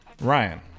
Ryan